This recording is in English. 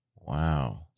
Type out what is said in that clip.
Wow